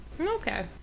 Okay